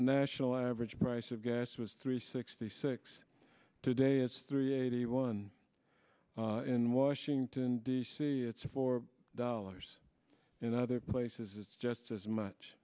national average price of gas was three sixty six today it's three eighty one and washington d c it's four dollars in other places it's just as much